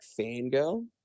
Fangirl